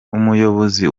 umuyobozi